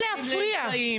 להפריע.